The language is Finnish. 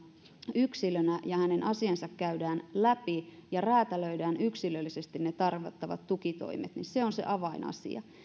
yksilönä ja hänen asiansa käydään läpi ja räätälöidään yksilöllisesti ne tarvittavat tukitoimet on se avainasia